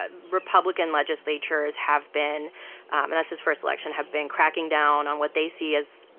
but republican legislatures have been and that's his first election have been cracking down on what they see as,